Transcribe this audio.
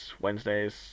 Wednesday's